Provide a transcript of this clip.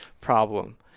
problem